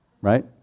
Right